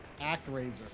Actraiser